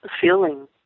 feeling